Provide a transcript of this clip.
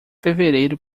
fevereiro